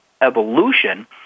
Evolution